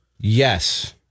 Yes